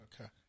Okay